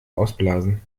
ausblasen